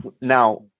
Now